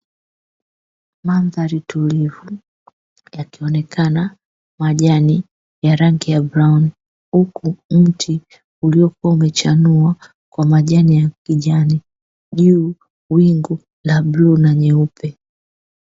Mandhari tulivu, yakionekana majani ya rangi ya brauni, huku mti uliokuwa umechanua kwa majani ya kijani, juu wingu la bluu na nyeupe.